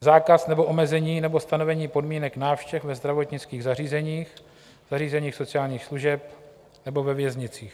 Zákaz nebo omezení nebo stanovení podmínek návštěv ve zdravotnických zařízeních, zařízeních sociálních služeb nebo ve věznicích.